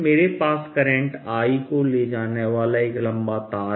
मेरे पास current I को ले जाने वाला एक लंबा तार है